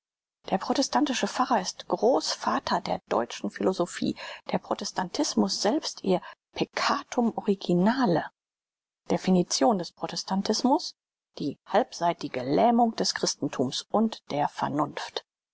der protestantische pfarrer ist großvater der deutschen philosophie der protestantismus selbst ihr peccatum originale definition des protestantismus die halbseitige lähmung des christenthums und der vernunft